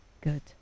good